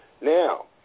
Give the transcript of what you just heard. Now